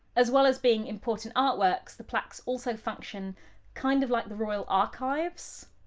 as well as being important artworks, the plaques also function kind of like the royal archives.